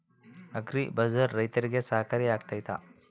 Agri ಬಜಾರ್ ರೈತರಿಗೆ ಸಹಕಾರಿ ಆಗ್ತೈತಾ?